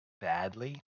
badly